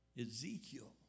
Ezekiel